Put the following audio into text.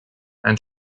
and